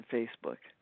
Facebook